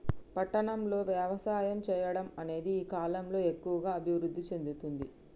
పట్టణం లో వ్యవసాయం చెయ్యడం అనేది ఈ కలం లో ఎక్కువుగా అభివృద్ధి చెందుతుంది